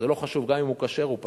ולא חשוב, גם אם הוא כשר, הוא פסול.